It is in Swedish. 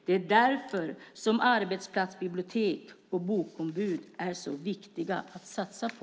Det är därför som arbetsplatsbibliotek och bokombud är så viktiga att satsa på.